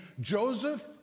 Joseph